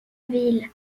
ville